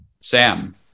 Sam